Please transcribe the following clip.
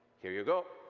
here you go.